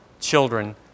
children